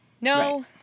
No